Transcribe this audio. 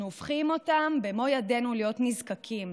אנחנו הופכים אותם במו ידינו להיות נזקקים.